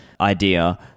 idea